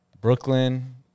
Brooklyn